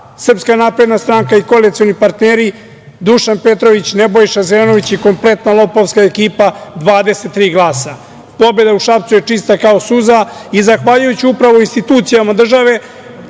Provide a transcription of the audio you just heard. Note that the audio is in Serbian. je 46 mandata za SNS i koalicione partnere, Dušan Petrović, Nebojša Zelenović i kompletna lopovska ekipa 23 glasa. Pobeda u Šapcu je čista kao suza i zahvaljujući upravo institucijama države,